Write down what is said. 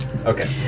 Okay